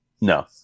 No